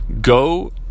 Go